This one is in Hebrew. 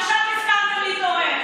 עכשיו נזכרתם להתעורר.